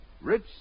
Rich